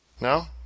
No